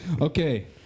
Okay